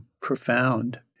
profound